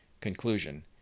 Conclusion